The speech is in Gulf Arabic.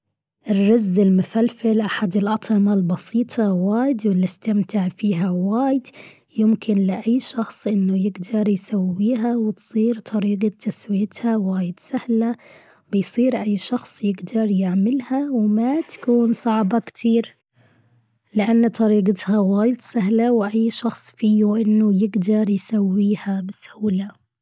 الرز المفلفل أحد الأطعمة البسيطة وايد واللي أستمتع فيها وايد يمكن لإي شخص أنه يقدر يسويها وتصير طريقة تسويتها وايد سهلة بيصير أي شخص يقدر يعملها وما تكون صعبة كتير. لأن طريقتها وايد سهلة واي شخص فيه أنه يقدر يسويها بسهولة.